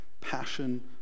passion